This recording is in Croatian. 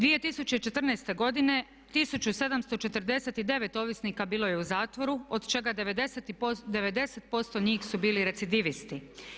2014. godine 1749 ovisnika bilo je u zatvoru od čega 90% njih su bili recidivisti.